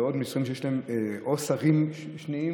ומשרדים שיש בהם שרים שניים,